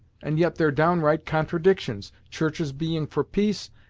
and yet they're downright contradictions churches being for peace,